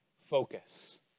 focus